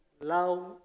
love